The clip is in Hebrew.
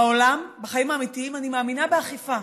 בעולם, בחיים האמיתיים, אני מאמינה באכיפה.